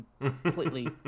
completely